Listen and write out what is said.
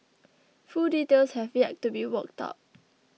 full details have yet to be worked out